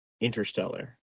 Interstellar